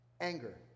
anger